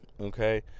okay